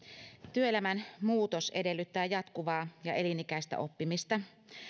työelämän muutos edellyttää jatkuvaa ja elinikäistä oppimista